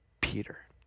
Peter